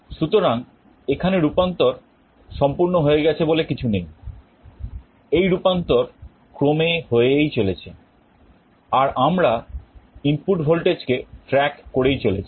সুতরাং এখানে রূপান্তর সম্পূর্ণ হয়ে গেছে বলে কিছু নেই এই রূপান্তর ক্রমে হয়েই চলেছে আর আমরা ইনপুট ভল্টেজকে track করেই চলেছি